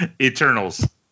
Eternals